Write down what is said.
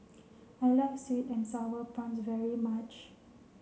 I like sweet and sour prawns very much